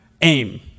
aim